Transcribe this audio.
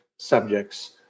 subjects